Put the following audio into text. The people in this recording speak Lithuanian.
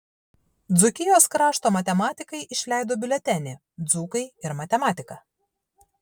dzūkijos krašto matematikai išleido biuletenį dzūkai ir matematika